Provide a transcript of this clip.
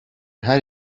her